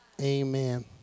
amen